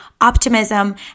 optimism